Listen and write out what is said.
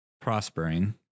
prospering